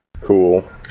Cool